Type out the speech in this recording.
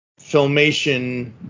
filmation